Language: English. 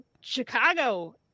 chicago